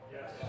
Yes